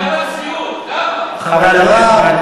חברת